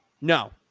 No